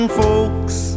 folks